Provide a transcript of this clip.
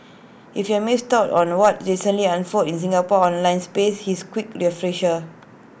if you've missed out on what recently unfolded in the Singapore online space here's A quick refresher